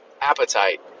Appetite